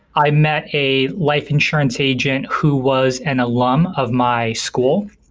i met a life insurance agent who was an alum of my school.